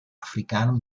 africano